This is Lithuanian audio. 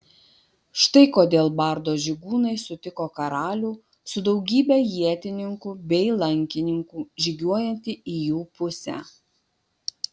štai kodėl bardo žygūnai sutiko karalių su daugybe ietininkų bei lankininkų žygiuojantį į jų pusę